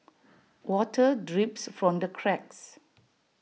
water drips from the cracks